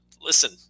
listen